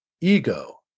ego